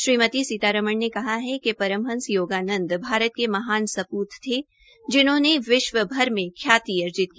श्रीमती सीतारमण ने परमहंस योगानन्द भारत के महान सपूत थे जिन्होंने विश्वभर मे ख्याति अर्जित की